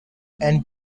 and